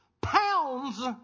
pounds